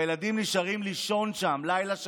והילדים נשארים לישון שם לילה שלם.